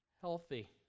healthy